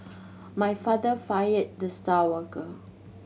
my father fired the star worker